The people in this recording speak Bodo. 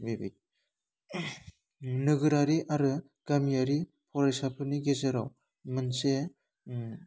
बेबाय नोगोरारि आरो गामियारि फरायसाफोरनि गेजेराव मोनसे ओह